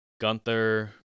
Gunther